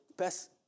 best